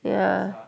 ya